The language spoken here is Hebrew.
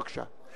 בבקשה.